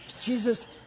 Jesus